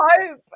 hope